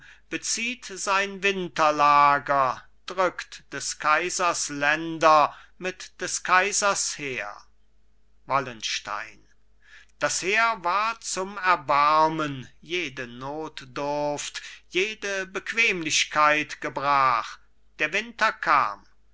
bezieht sein winterlager drückt des kaisers länder mit des kaisers heer wallenstein das heer war zum erbarmen jede notdurft jede bequemlichkeit gebrach der winter kam